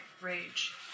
rage